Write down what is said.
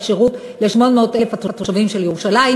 שירות ל-800,000 התושבים של ירושלים,